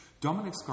Dominic